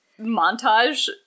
montage